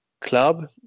club